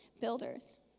builders